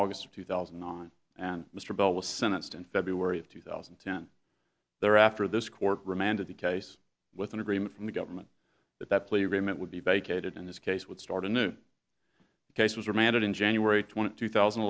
august of two thousand and nine and mr bell was sentenced in february of two thousand and ten there after this court remanded the case with an agreement from the government that that plea agreement would be vacated and this case would start anew the case was remanded in january twentieth two thousand